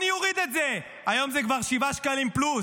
אני אוריד את זה, והיום זה כבר שבעה שקלים פלוס.